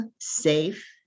safe